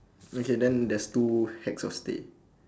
okay then there's two stacks of hay